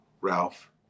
Ralph